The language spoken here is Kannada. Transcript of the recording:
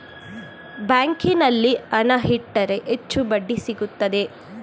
ಬ್ಯಾಂಕಿನಲ್ಲಿ ಹಣ ಇಟ್ಟರೆ ಹೆಚ್ಚು ಬಡ್ಡಿ ಸಿಗುತ್ತದೆ